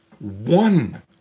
one